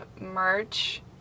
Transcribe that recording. merch